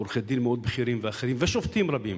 ועורכי-דין מאוד בכירים ואחרים, ושופטים רבים,